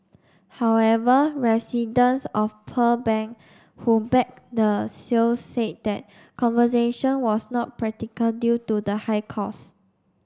however residents of Pearl Bank who backed the sale said that conversation was not practical due to the high cost